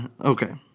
okay